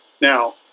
Now